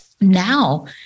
Now